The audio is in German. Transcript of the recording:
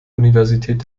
universität